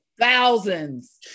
thousands